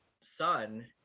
son